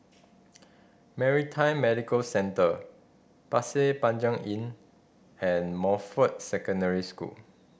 Maritime Medical Centre Pasir Panjang Inn and Montfort Secondary School